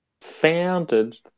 founded